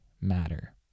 matter